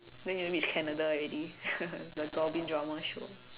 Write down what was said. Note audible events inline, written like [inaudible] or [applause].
then you reach Canada already [laughs] the goblin drama show